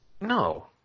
No